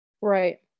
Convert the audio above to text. right